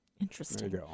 interesting